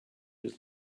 his